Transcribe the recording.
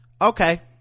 Okay